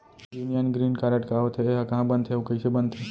Union green card का होथे, एहा कहाँ बनथे अऊ कइसे बनथे?